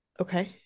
Okay